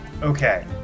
okay